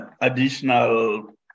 additional